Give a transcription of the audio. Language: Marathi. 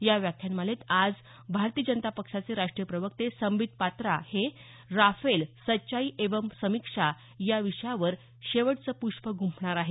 या व्याख्यानमालेत आज भारतीय जनता पक्षाचे राष्ट्रीय प्रवक्ते सांबित पात्रा हे राफेल सच्चाई एवम् समिक्षा या विषयावर शेवटचं प्रष्प गुंफणार आहेत